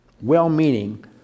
well-meaning